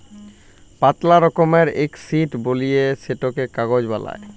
পাতলা রকমের এক শিট বলিয়ে সেটকে কাগজ বালাই